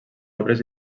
obres